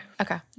Okay